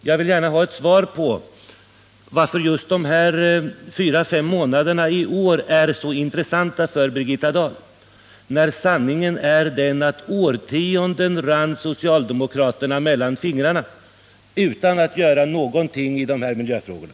Jag vill gärna ha ett besked om varför just de här fyra fem månaderna i fjol är så intressanta för Birgitta Dahl, när sanningen är den att årtionden rann socialdemokraterna mellan fingrarna utan att de gjorde någonting i de här miljöfrågorna.